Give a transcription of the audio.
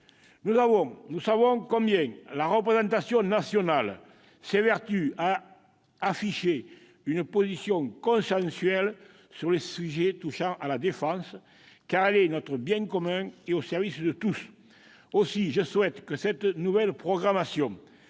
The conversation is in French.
Nous savons combien la représentation nationale s'évertue à afficher une position consensuelle sur les sujets touchant à la défense, car elle est notre bien commun, et au service de tous. Aussi, je souhaite que cette nouvelle programmation